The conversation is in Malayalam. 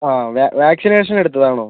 വാക്സിനേഷൻ എടുത്തതാണോ